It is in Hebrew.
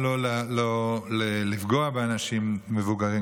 לא לפגוע באנשים מבוגרים,